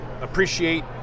appreciate